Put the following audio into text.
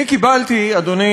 אדוני השר,